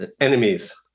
enemies